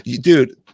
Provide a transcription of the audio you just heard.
dude